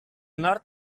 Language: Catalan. nord